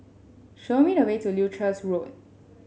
show me the way to Leuchars Road